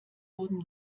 wurden